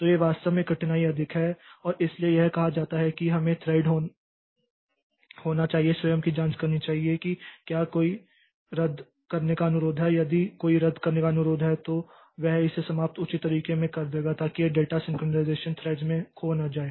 तो वे वास्तव में कठिनाई अधिक है और इसलिए यह कहा जाता है कि हमें थ्रेड होना चाहिए स्वयं की जाँच करनी चाहिए कि क्या कोई रद्द करने का अनुरोध है और यदि कोई रद्द करने का अनुरोध है तो वह इसे समाप्त उचित तरीके में कर देगा ताकि यह डेटा सिंक्रनाइज़ेशन थ्रेड्स में खो न जाए